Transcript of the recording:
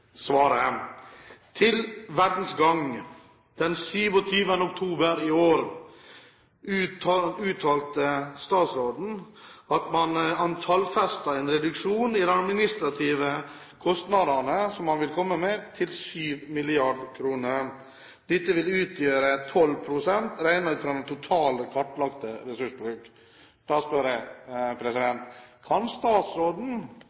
Verdens Gang 27. oktober i år tallfestet statsråden den reduksjon han vil komme med i de administrative kostnadene, til 7 mrd. kr. Dette vil utgjøre 12 pst., regnet ut fra den totale kartlagte ressursbruken. Da spør jeg: